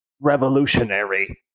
revolutionary